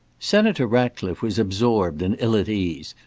senator ratcliffe was absorbed and ill at ease.